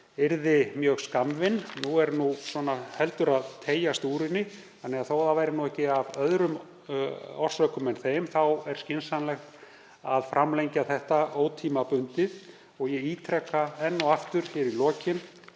yrði mjög skammvinn. Nú er heldur að teygjast úr henni þannig að þó að ekki væri af öðrum orsökum en þeim er skynsamlegt að framlengja þetta ótímabundið. Ég ítreka enn og aftur hér í lokin